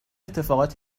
اتفاقات